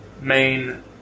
main